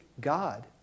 God